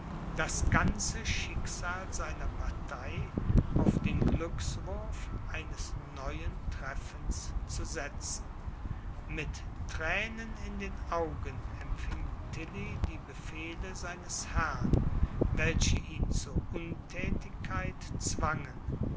das ganze schicksal seiner partei auf den glückswurf eines neuen treffens zu setzen mit thränen in den augen empfing tilly die befehle seines herrn welche ihn zur unthätigkeit zwangen